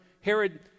Herod